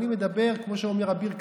אני מדבר, כמו שאומר אביר קארה,